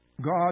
God